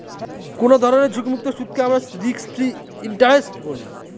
কোনো ধরনের ঝুঁকিমুক্ত সুদকে আমরা রিস্ক ফ্রি ইন্টারেস্ট বলি